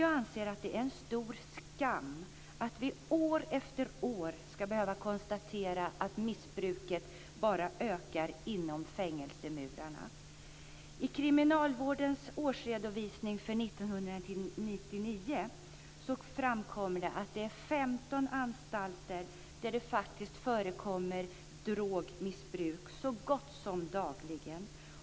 Jag anser att det är en stor skam att vi år efter år ska behöva konstatera att missbruket bara ökar inom fängelsemurarna. I kriminalvårdens årsredovisning för 1999 framkommer det att det finns 15 anstalter där det förekommer drogmissbruk så gott som dagligen.